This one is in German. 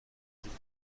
sich